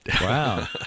Wow